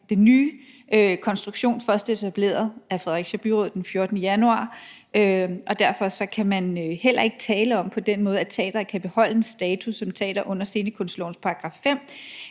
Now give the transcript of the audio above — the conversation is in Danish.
den nye konstruktion først etableret af Fredericia Byråd den 14. januar, og derfor kan man heller ikke på den måde tale om, at teatret kan beholde en status som teater under scenekunstlovens § 5.